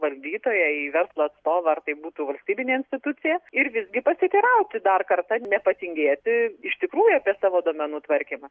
valdytoją į verslo atstovą ar tai būtų valstybinė institucija ir visgi pasiteirauti dar kartą nepatingėti iš tikrųjų apie savo duomenų tvarkymą